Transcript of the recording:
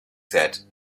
said